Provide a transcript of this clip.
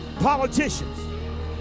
politicians